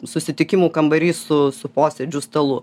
susitikimų kambarys su su posėdžių stalu